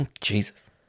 Jesus